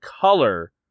color